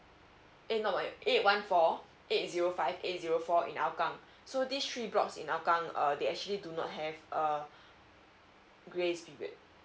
eh not eight one four eight zero five eight zero four in hougang so these three blocks in hougang err they actually do not have a grace period